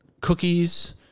cookies